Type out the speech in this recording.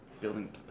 building